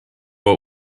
what